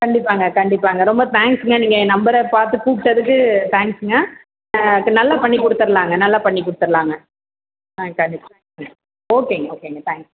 கண்டிப்பாகங்க கண்டிப்பாகங்க ரொம்ப தேங்க்ஸ்ங்க நீங்கள் என் நம்பரை பார்த்து கூப்பிட்டதுக்கு தேங்க்ஸ்ங்க சரி நல்லா பண்ணிக் கொடுத்துரலாங்க நல்லா பண்ணிக் கொடுத்துரலாங்க ஆ கண்டிப்பாக ம் ஓகேங்க ஓகேங்க தேங்க்ஸ்